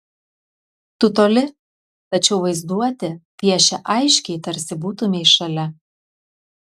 tu toli tačiau vaizduotė piešia aiškiai tarsi būtumei šalia